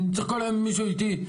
אני צריך כל היום מישהו איתי.